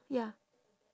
ya